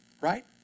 Right